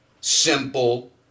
simple